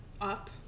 up